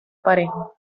parejo